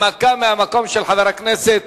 הנמקה מהמקום של חבר הכנסת